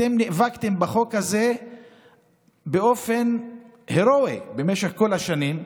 אתם נאבקתם בחוק הזה באופן הירואי במשך כל השנים,